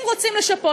אם רוצים לשפות,